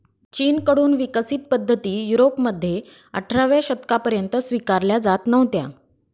चीन कडून विकसित पद्धती युरोपमध्ये अठराव्या शतकापर्यंत स्वीकारल्या जात नव्हत्या